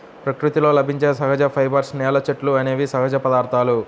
ప్రకృతిలో లభించే సహజ ఫైబర్స్, నేల, చెట్లు అనేవి సహజ పదార్థాలు